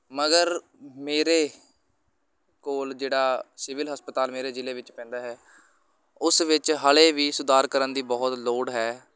ਮਗਰ ਮੇਰੇ ਕੋਲ ਜਿਹੜਾ ਸਿਵਲ ਹਸਪਤਾਲ ਮੇਰੇ ਜ਼ਿਲ੍ਹੇ ਵਿੱਚ ਪੈਂਦਾ ਹੈ ਉਸ ਵਿੱਚ ਹਾਲੇ ਵੀ ਸੁਧਾਰ ਕਰਨ ਦੀ ਬਹੁਤ ਲੋੜ ਹੈ